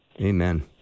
Amen